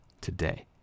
today